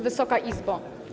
Wysoka Izbo!